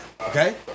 okay